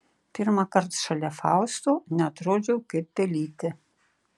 pirmąkart šalia fausto neatrodžiau kaip pelytė